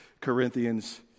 Corinthians